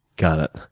got it.